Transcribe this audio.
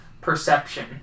perception